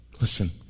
Listen